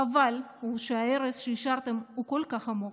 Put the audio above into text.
חבל שההרס שהשארתם הוא כל כך עמוק,